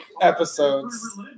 episodes